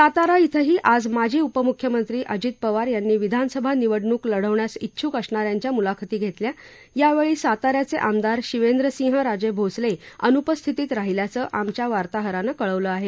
सातारा श्रेंही आज माजी उपमुख्यमंत्री अजित पवार यांनी विधानसभा निवडणूक लढवण्यास डिछुक असणाऱ्याच्या मूलाखती घेतल्या यावेळी साताऱ्याचे आमदार शिवेंद्रसिंहराजे भोसले अनुपस्थित राहिल्याचं आमच्या वार्ताहरानं कळवलं आहे